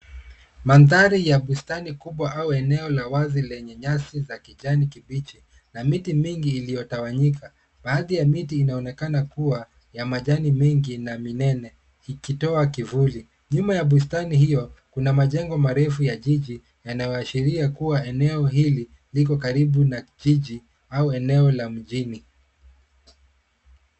Mandhari ya bustani kubwa au eneo la wazi lenye nyasi ya kijani kibichi na miti mingi iliyotawanyika. Baadhi ya miti inaonekana kuwa ya majani mengi na minene ikitoa kivuli. Nyuma ya bustani hiyo, kuna majengo marefu ya jiji yaliyoashiria kuwa eneo hili liko karibu na jiji au eneo la mjini.